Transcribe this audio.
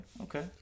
Okay